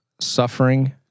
suffering